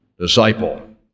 disciple